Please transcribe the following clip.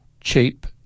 cheap